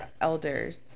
elders